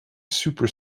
super